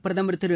பிரதமர் திரு